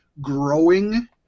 growing